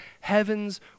heaven's